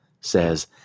says